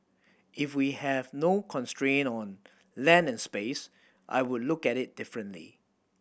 if we have no constraint on land and space I would look at it differently